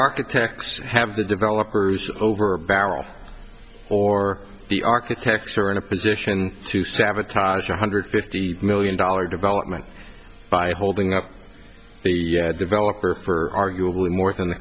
architects have the developers over a barrel or the architecture in a position to sabotage one hundred fifty million dollars development by holding up the developer for arguably more than the